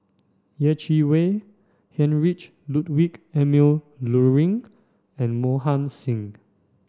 Yeh Chi Wei Heinrich Ludwig Emil Luering and Mohan Singh